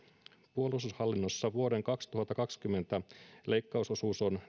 puolustushallinnossa vuoden kaksituhattakaksikymmentä leikkausosuus on